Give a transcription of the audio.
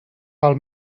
pel